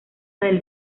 del